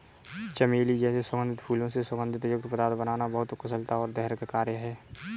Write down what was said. चमेली जैसे सुगंधित फूलों से सुगंध युक्त पदार्थ बनाना बहुत कुशलता और धैर्य का कार्य है